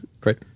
great